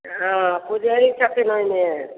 हँ पूजैत छथिन ओहिमे